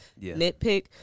nitpick